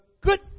good